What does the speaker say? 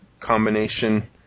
combination